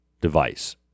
device